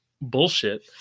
bullshit